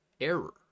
error